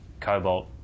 cobalt